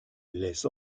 laisse